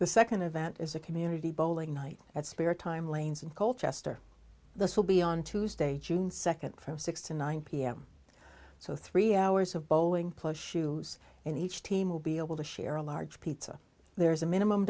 the second event is a community bowling night at spare time lanes and cole chester this will be on tuesday june second from six to nine pm so three hours of bowling push in each team will be able to share a large pizza there is a minimum